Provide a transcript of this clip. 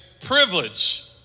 privilege